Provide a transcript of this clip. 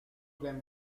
can